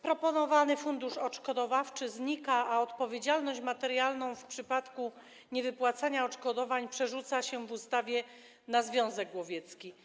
Proponowany fundusz odszkodowawczy znika, a odpowiedzialność materialną w przypadku niewypłacania odszkodowań przerzuca się w ustawie na związek łowiecki.